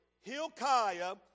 Hilkiah